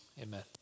amen